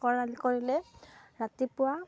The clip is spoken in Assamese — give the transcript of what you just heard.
কৰাল কৰিলে ৰাতিপুৱা